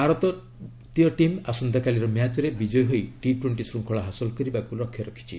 Bharati team ଆସନ୍ତାକାଲିର ମ୍ୟାଚ୍ରେ ବିଜୟୀ ହୋଇ ଟି ଟ୍ୱୋଷ୍ଟି ଶୃଙ୍ଖଳା ହାସଲ କରିବାକୁ ଲକ୍ଷ୍ୟ ରଖିଛି